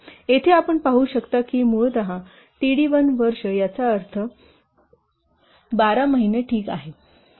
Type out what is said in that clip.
येथे आपण पाहू शकता की मूळतःtd1 वर्षयाचा अर्थ12 महिना ठीक आहे